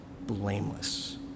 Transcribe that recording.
blameless